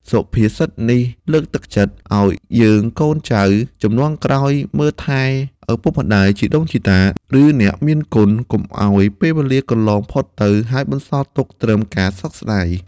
សុភាសិតនេះលើកទឹកចិត្តឲ្យយើងកូនចៅជំនាន់ក្រោយមើលថែឪពុកម្តាយ ជីដូនជីតា ឬអ្នកមានគុណ កុំឲ្យពេលវេលាកន្លងផុតទៅ ហើយបន្សល់ទុកត្រឹមការសោកស្តាយ។